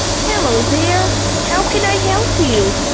hello there how can i help you?